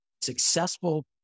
successful